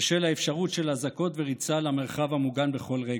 בשל האפשרות של אזעקות וריצה למרחב המוגן בכל רגע.